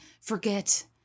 forget